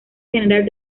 general